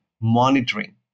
monitoring